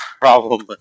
problem